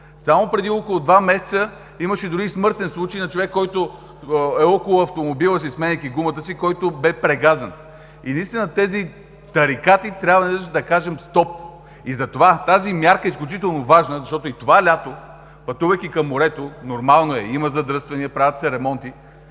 София. Преди около два месеца имаше дори и смъртен случай на човек, който бе прегазен около автомобила си, сменяйки гумата. Наистина на тези тарикати трябва веднъж да кажем „стоп“ и затова тази мярка е изключително важна, защото и това лято, пътувайки към морето, нормално е, има задръствания, правят се ремонти,